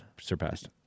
surpassed